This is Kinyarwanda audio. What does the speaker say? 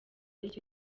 aricyo